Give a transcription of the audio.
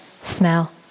smell